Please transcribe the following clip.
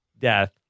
death